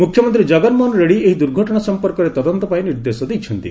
ମୁଖ୍ୟମନ୍ତ୍ରୀ ଜଗନମୋହନ ରେଡ୍ଡୀ ଏହି ଦୁର୍ଘଟଣା ସଂପର୍କରେ ତଦନ୍ତ ପାଇଁ ନିର୍ଦ୍ଦେଶ ଦେଇଛନ୍ତି